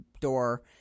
door